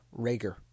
Rager